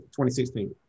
2016